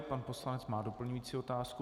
Pan poslanec má doplňující otázku.